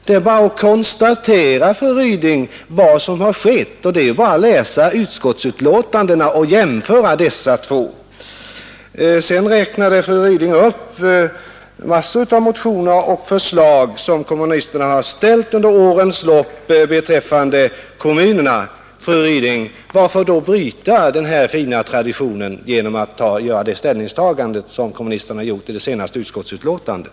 Det är bara att konstatera, fru Ryding, vad som har skett och det kan man göra om man läser de båda utskottsbetänkandena och jämför dem. Sedan räknade fru Ryding upp en mängd motioner och förslag som kommunisterna har väckt under årens lopp beträffande kommunerna. Varför då bryta denna fina tradition, fru Ryding, genom att göra det ställningstagande som kommunisterna gjort i det senaste utskottsbetänkandet?